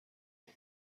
اون